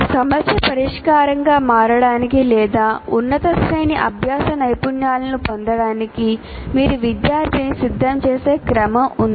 సమస్య పరిష్కారంగా మారడానికి లేదా ఉన్నత శ్రేణి అభ్యాస నైపుణ్యాలను పొందటానికి మీరు విద్యార్థిని సిద్ధం చేసే క్రమం ఉంది